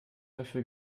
dafür